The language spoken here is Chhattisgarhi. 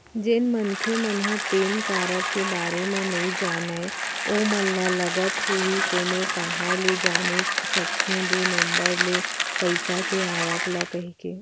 जेन मनखे मन ह पेन कारड के बारे म नइ जानय ओमन ल लगत होही कोनो काँहा ले जाने सकही दू नंबर ले पइसा के आवक ल कहिके